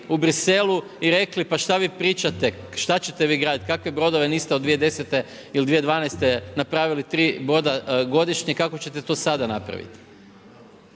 u Bruxellesu i rekli, pa šta vi pričate, šte ćete vi graditi, kakve brodove, niste od 2010. ili 2012. napravili 3 boda godišnje, kako ćete to sada napraviti.